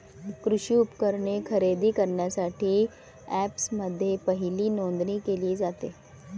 कृषी उपकरणे खरेदी करण्यासाठी अँपप्समध्ये पहिली नोंदणी केली जाते